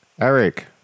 Eric